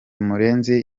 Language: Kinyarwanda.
murenzi